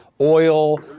oil